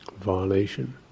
violation